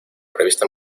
revista